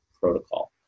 protocol